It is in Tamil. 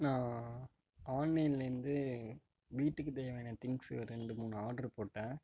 நான் ஆன்லைன்லந்து வீட்டுக்கு தேவையான திங்ஸ் ஒரு ரெண்டு மூணு ஆர்ட்ரு போட்டேன்